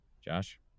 Josh